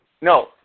No